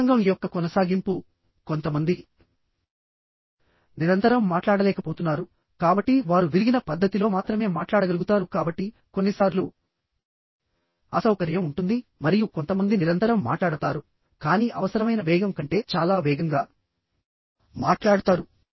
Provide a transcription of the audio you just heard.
ప్రసంగం యొక్క కొనసాగింపు కొంతమంది నిరంతరం మాట్లాడలేకపోతున్నారు కాబట్టి వారు విరిగిన పద్ధతిలో మాత్రమే మాట్లాడగలుగుతారు కాబట్టి కొన్నిసార్లు అసౌకర్యం ఉంటుంది మరియు కొంతమంది నిరంతరం మాట్లాడతారు కానీ అవసరమైన వేగం కంటే చాలా వేగంగా మాట్లాడతారు